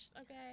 Okay